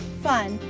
fun,